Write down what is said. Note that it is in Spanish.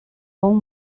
aún